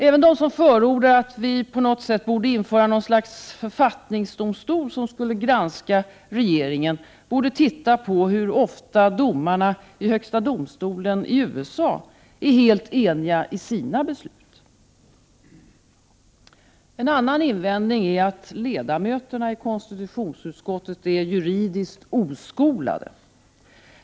Även de som förordar att vi borde införa en författningsdomstol, som skulle granska regeringen, borde titta på hur ofta domarna i högsta domstolen i USA är helt eniga i sina beslut. En annan invändning är att ledamöterna i KU är juridiskt oskolade.